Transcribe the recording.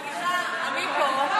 סליחה, אני פה.